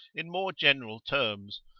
in more general terms,